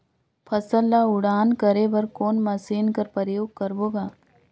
फसल ल उड़ान करे बर कोन मशीन कर प्रयोग करबो ग?